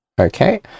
Okay